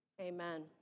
Amen